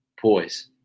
poise